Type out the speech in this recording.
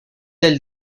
del